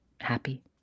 happy